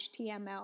html